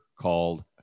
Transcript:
called